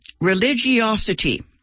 religiosity